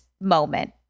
moment